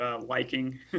liking